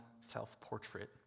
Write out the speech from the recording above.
self-portrait